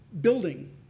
building